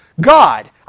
God